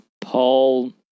Paul